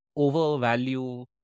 Overvalue